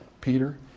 Peter